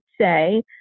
say